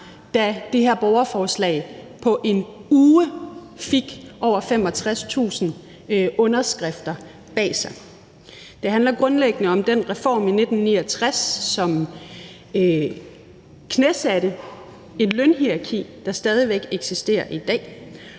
da det her borgerforslag på en uge fik over 65.000 underskrifter bag sig. Det handler grundlæggende om den reform i 1969, som knæsatte et lønhierarki, der stadig væk eksisterer i dag,